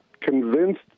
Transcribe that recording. convinced